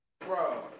Bro